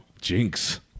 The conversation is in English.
jinx